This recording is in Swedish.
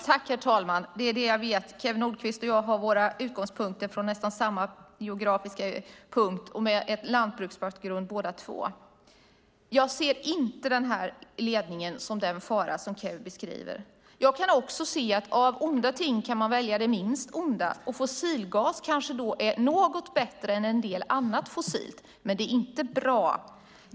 Herr talman! Kew Nordqvist och jag har nästan samma geografiska utgångspunkt och har lantbruksbakgrund båda två. Jag ser inte denna ledning som den fara som Kew beskriver. Av onda ting kan man välja det minst onda. Fossilgasen kanske är något bättre än en del annat fossilt. Men den är inte bra.